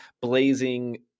blazing